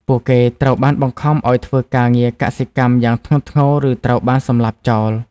ពួកគេត្រូវបានបង្ខំឱ្យធ្វើការងារកសិកម្មយ៉ាងធ្ងន់ធ្ងរឬត្រូវបានសម្លាប់ចោល។